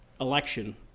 election